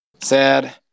Sad